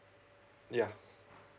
ya